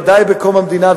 ודאי בקום המדינה,